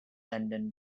undone